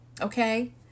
Okay